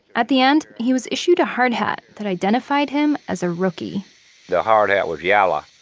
at the end, he was issued a hard hat that identified him as a rookie the hard hat was yellow.